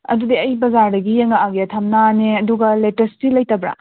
ꯑꯗꯨꯗꯤ ꯑꯩ ꯕꯖꯥꯔꯗꯒꯤ ꯌꯦꯡꯉꯛꯑꯒꯦ ꯊꯝꯅꯥꯅꯦ ꯑꯗꯨꯒ ꯂꯦꯇꯤꯁꯇꯤ ꯂꯩꯇꯕ꯭ꯔꯣ